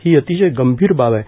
ही अतिशय गंभीर बाब आहे